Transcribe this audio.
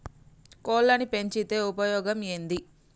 కోళ్లని పెంచితే ఉపయోగం ఏంది?